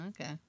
Okay